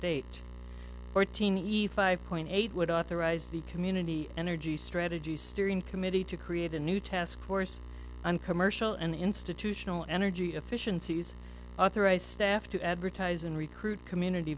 date fourteen ethe five point eight would authorize the community energy strategy steering committee to create a new task force on commercial and institutional energy efficiencies authorize staff to advertise and recruit community